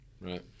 Right